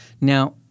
Now